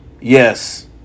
Yes